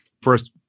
first